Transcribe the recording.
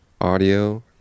audio